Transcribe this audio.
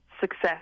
success